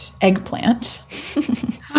eggplant